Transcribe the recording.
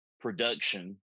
production